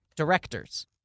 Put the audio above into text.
Directors